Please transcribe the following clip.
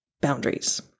boundaries